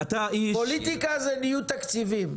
אתה איש --- פוליטיקה זה ניהול תקציבים.